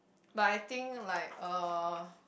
but I think like uh